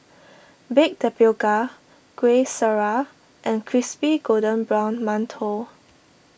Baked Tapioca Kueh Syara and Crispy Golden Brown Mantou